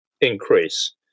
increase